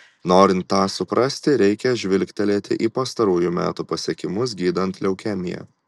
norint tą suprasti reikia žvilgtelėti į pastarųjų metų pasiekimus gydant leukemiją